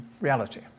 reality